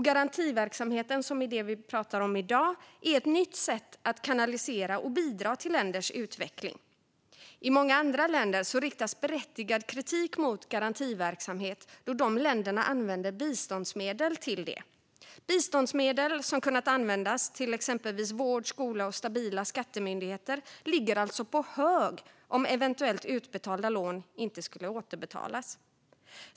Garantiverksamheten, som vi pratar om i dag, är ett nytt sätt att kanalisera och bidra till länders utveckling. I många andra länder riktas berättigad kritik mot garantiverksamhet då de länderna använder biståndsmedel till det. Biståndsmedel som hade kunnat användas till exempelvis vård, skola och stabila skattemyndigheter ligger alltså på hög om eventuellt utbetalda lån inte skulle återbetalas.